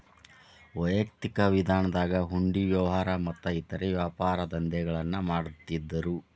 ವೈಯಕ್ತಿಕ ವಿಧಾನದಾಗ ಹುಂಡಿ ವ್ಯವಹಾರ ಮತ್ತ ಇತರೇ ವ್ಯಾಪಾರದಂಧೆಗಳನ್ನ ಮಾಡ್ತಿದ್ದರು